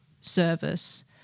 service